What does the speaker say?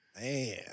Man